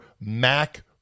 Mac